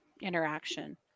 interaction